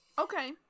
Okay